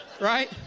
right